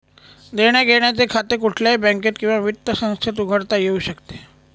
देण्याघेण्याचे खाते कुठल्याही बँकेत किंवा वित्त संस्थेत उघडता येऊ शकते